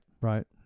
Right